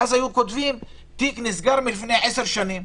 ואז היו כותבים: תיק נסגר לפני עשר שנים.